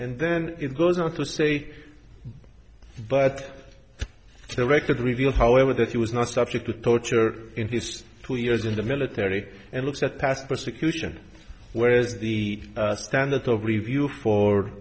and then it goes on to say but the record reveals however that he was not subject to torture in this two years in the military and looks at past persecution whereas the standard of review for